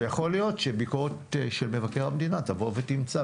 ויכול להיות שביקורת של מבקר המדינה תבוא ותמצא,